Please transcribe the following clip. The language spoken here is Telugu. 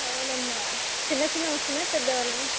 అవునమ్మ చిన్న చిన్న వస్తున్నాయా పెద్దగానా